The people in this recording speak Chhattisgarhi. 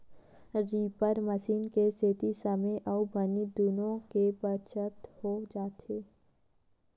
रीपर मसीन के सेती समे अउ बनी दुनो के बचत हो जाथे